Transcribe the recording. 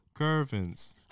Curvins